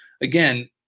again